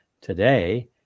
today